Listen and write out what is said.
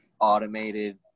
automated